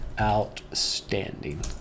outstanding